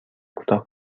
کوتاه